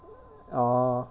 oh